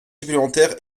supplémentaires